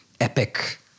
epic